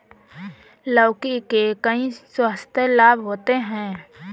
लौकी के कई स्वास्थ्य लाभ होते हैं